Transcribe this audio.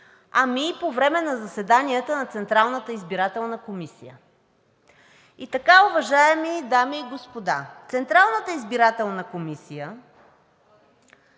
а и по време на заседанията на Централната избирателна комисия. И така, уважаеми дами и господа, Централната избирателна комисия